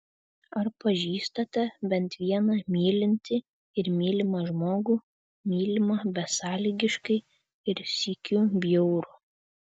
ar pažįstate bent vieną mylintį ir mylimą žmogų mylimą besąlygiškai ir sykiu bjaurų